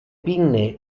pinne